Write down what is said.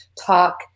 talk